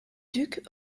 ducs